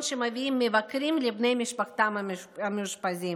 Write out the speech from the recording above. שמביאים המבקרים לבני משפחתם המאושפזים.